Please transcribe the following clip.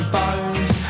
bones